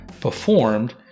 Performed